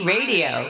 Radio